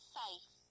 safe